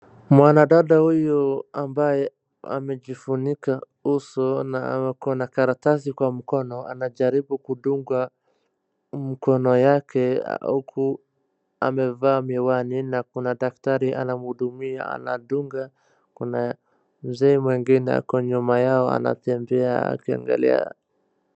Mwanadada huyu ambaye amejifunika uso na ako na karatasi kwa mkono anajaribu kudungwa mkono yake huku amevaa miwani na kuna daktari anamhudumia anadunga kuna mzee mwingine ako nyuma yao anatembea akiangalia.